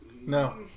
No